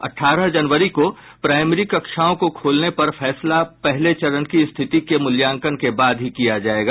अठारह जनवरी को प्राइमरी कक्षाओं को खोलने पर फैसला पहले चरण की स्थिति के मूल्यांकन के बाद ही किया जायेगा